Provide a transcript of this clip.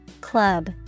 club